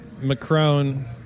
Macron